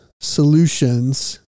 solutions